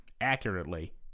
accurately